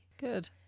Good